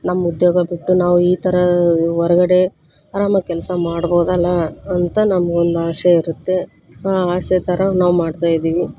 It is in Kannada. ನಮ್ಮ ಉದ್ಯೋಗ ಬಿಟ್ಟು ನಾವು ಈ ಥರ ಹೊರ್ಗಡೆ ಆರಾಮಾಗ್ ಕೆಲಸ ಮಾಡ್ಬೋದಲ್ಲ ಅಂತ ನಮ್ಗೊಂದು ಆಸೆ ಇರುತ್ತೆ ಆ ಆಸೆ ಥರ ನಾವು ಮಾಡ್ತಾ ಇದ್ದೀವಿ